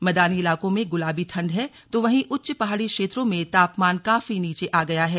मैदानी इलाकों में गुलाबी ठंड है तो वहीं उच्च पहाड़ी क्षेत्रों में तापमान काफी नीचे आ गया है